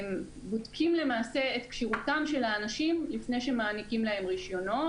אנחנו בודקים את כשירותם של האנשים לפני שאנחנו מעניקים להם רישיונות,